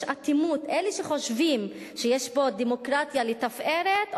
יש אטימות אצל אלה שחושבים שיש פה דמוקרטיה לתפארת,